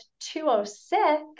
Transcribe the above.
206